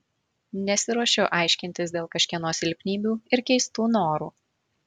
nesiruošiu aiškintis dėl kažkieno silpnybių ir keistų norų